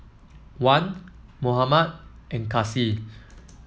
Wan Muhammad and Kasih